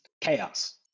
chaos